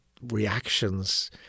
reactions